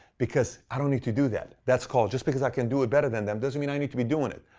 because i don't need to do that. that's called just because i can do it better than them doesn't mean i need to be doing it.